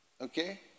okay